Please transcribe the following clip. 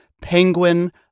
penguin